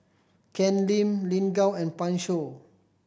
Ken Lim Lin Gao and Pan Shou